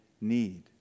need